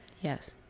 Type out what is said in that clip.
Yes